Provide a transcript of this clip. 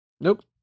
Nope